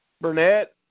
Burnett